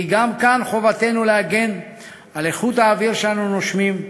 כי כאן חובתנו להגן על איכות האוויר שאנו נושמים,